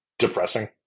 depressing